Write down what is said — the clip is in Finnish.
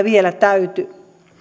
vielä täyty